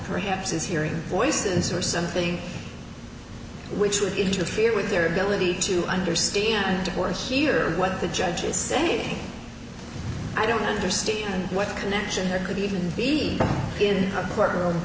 perhaps is hearing voices or something which would interfere with their ability to understand or hear what the judge is saying i don't understand what connection there could even be in a court room